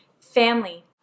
family